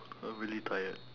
I'm really tired